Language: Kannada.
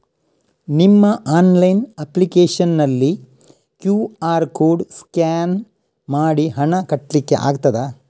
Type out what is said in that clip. ನಿಮ್ಮ ಆನ್ಲೈನ್ ಅಪ್ಲಿಕೇಶನ್ ನಲ್ಲಿ ಕ್ಯೂ.ಆರ್ ಕೋಡ್ ಸ್ಕ್ಯಾನ್ ಮಾಡಿ ಹಣ ಕಟ್ಲಿಕೆ ಆಗ್ತದ?